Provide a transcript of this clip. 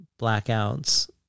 blackouts